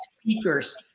speakers